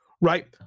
right